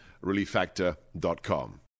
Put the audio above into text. relieffactor.com